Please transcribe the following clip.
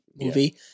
movie